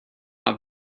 not